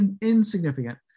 Insignificant